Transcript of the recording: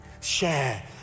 share